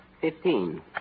Fifteen